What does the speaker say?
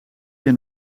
jij